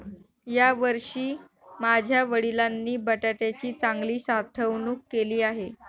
यावर्षी माझ्या वडिलांनी बटाट्याची चांगली साठवणूक केली आहे